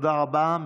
תודה רבה.